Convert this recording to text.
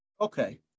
okay